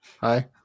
hi